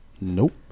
Nope